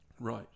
Right